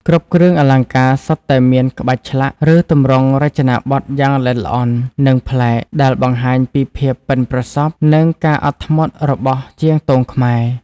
គ្រប់គ្រឿងអលង្ការសុទ្ធតែមានក្បាច់ឆ្លាក់ ឬទម្រង់រចនាបថយ៉ាងល្អិតល្អន់ និងប្លែក ដែលបង្ហាញពីភាពប៉ិនប្រសប់ និងការអត់ធ្មត់របស់ជាងទងខ្មែរ។